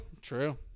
true